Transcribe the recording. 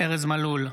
ארז מלול,